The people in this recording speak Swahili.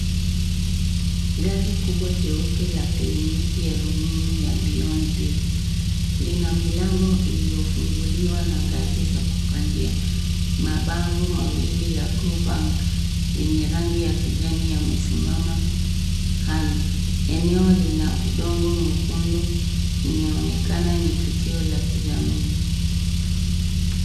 Gari kubwa jeupe la kliniki ya rununu ya beyond zero lina milango iliyofunguliwa na ngazi za kupandia. Mabango mawili ya Go Bank yenye rangi ya kijani yamesimama kando. Eneo lina udongo mwekundu. Inaonekana ni tukio la kijamii.